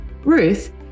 Ruth